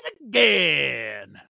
Again